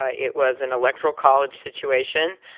ah it was an electoral college situation.